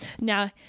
now